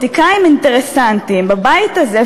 בבית הזה,